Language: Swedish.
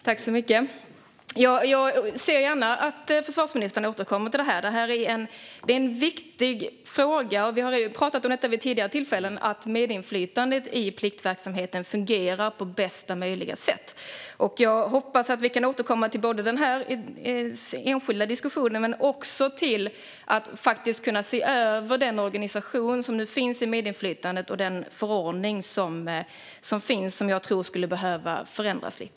Fru talman! Jag ser gärna att försvarsministern återkommer till detta. Det är en viktig fråga, som vi har talat om vid tidigare tillfällen, att medinflytandet i pliktverksamheten fungerar på bästa möjliga sätt. Jag hoppas att vi kan återkomma till den här enskilda diskussionen men också till att kunna se över den organisation som nu finns för medinflytandet. Även den förordning som finns tror jag skulle behöva förändras lite.